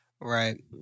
Right